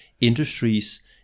industries